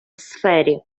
сфері